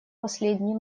последний